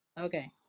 Okay